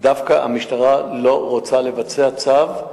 דווקא המשטרה לא רוצה לבצע צו?